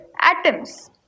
atoms